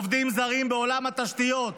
עובדים זרים בעולם התשתיות.